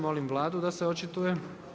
Molim Vladu da se očituje.